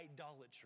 idolatry